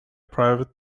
private